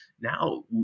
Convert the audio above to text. now